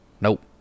Nope